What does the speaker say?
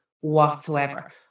whatsoever